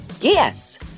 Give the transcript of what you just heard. Yes